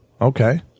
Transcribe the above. Okay